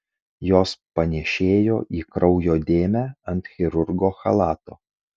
jos panėšėjo į kraujo dėmę ant chirurgo chalato